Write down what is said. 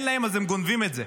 אין להם, אז הם גונבים את זה.